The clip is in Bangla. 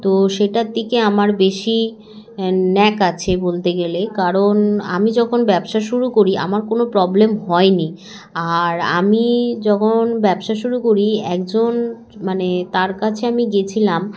তো সেটার দিকে আমার বেশি ন্যাক আছে বলতে গেলে কারণ আমি যখন ব্যবসা শুরু করি আমার কোনো প্রবলেম হয়নি আর আমি যখন ব্যবসা শুরু করি একজন মানে তার কাছে আমি গিয়েছিলাম